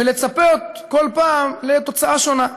ולצפות כל פעם לתוצאה שונה.